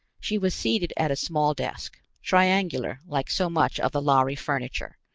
she was seated at a small desk, triangular like so much of the lhari furniture,